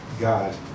God